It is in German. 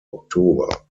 oktober